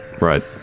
Right